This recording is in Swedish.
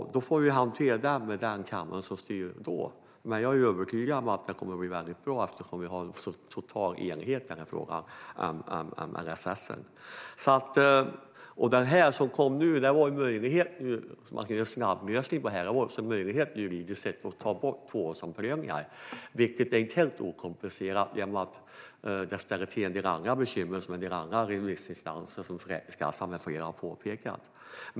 Vi får hantera resultatet med den kammare som styr då, men jag är övertygad om att det kommer att bli väldigt bra eftersom vi har en så total enighet i frågan om LSS. Det som kom nu var en snabblösning. Det var en möjlighet, juridiskt sett, att ta bort tvåårsomprövningar. Det är inte helt okomplicerat eftersom det ställer till en del andra bekymmer som en del remissinstanser, som Försäkringskassan med flera, har påpekat.